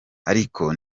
ariko